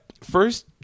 first